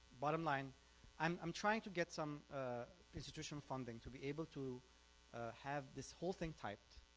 bottom line i'm i'm trying to get some institution funding to be able to have this whole thing typed